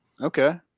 Okay